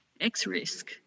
X-Risk